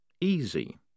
easy